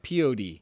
pod